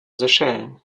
seychellen